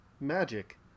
magic